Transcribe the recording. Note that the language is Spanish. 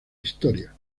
historia